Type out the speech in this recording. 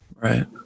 Right